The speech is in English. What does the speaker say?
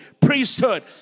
priesthood